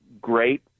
great